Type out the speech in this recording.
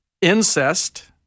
Incest